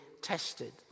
tested